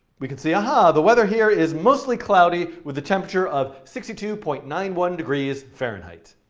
we can see, aha, the weather here is mostly cloudy with a temperature of sixty two point nine one degrees fahrenheit.